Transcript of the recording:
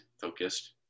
focused